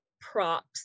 props